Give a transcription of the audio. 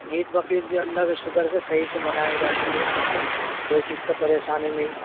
عید بقرعید بھی اللہ کے شگر سے صحیح سے منائی جاتی ہے کوئی چیز کا پریشانی نہیں